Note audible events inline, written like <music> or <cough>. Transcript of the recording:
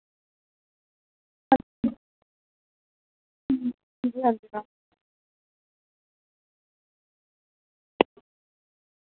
<unintelligible>